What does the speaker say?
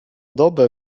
dobę